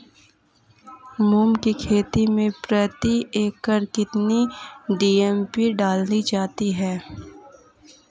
मूंग की खेती में प्रति एकड़ कितनी डी.ए.पी डालनी चाहिए?